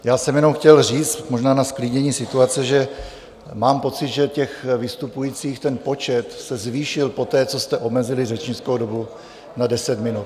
Já jsem jenom chtěl říct možná na zklidnění situace, že mám pocit, že těch vystupujících, ten počet se zvýšil poté, co jste omezili řečnickou dobu na deset minut.